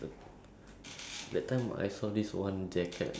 shopping I really want to go shopping I really want to go